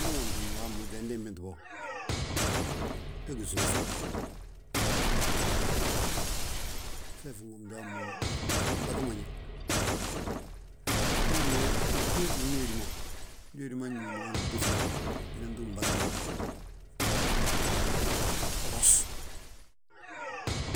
Wima nhommtim bo bima inbinte, we gí suufi, ngi mbatumoñe. Mbatumoñi we, binjiŋjiŋni wédi ma, ndi wédi ma ñuumo hani uɓéŧi mo, binan túm mbatu ma, binan wi ros.